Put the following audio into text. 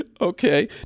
Okay